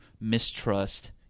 mistrust